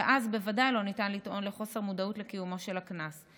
שאז בוודאי לא ניתן לטעון לחוסר מודעות לקיומו של הקנס.